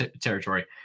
territory